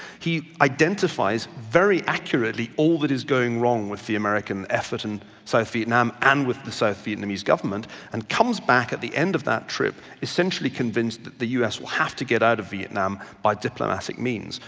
he identifies very accurately all that is going wrong with the american effort in and south vietnam and with the south vietnamese government and comes back at the end of that trip essentially convinced that the u s. will have to get out of vietnam by diplomatic means,